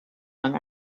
young